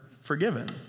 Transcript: forgiven